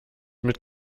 mit